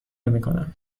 نمیکنم